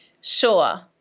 Sure